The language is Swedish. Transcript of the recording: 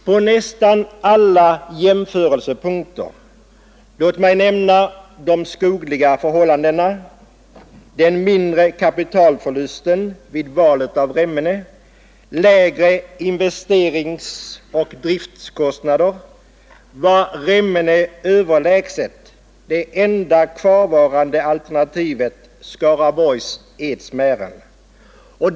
På nästan alla jämförelsepunkter var Remmene — låt mig nämna de skogliga förhållandena, mindre kapitalförluster vid valet av Remmene, lägre investeringsoch driftkostnader — överlägset det enda kvarvarande alternativet, Skaraborgs Edsmären.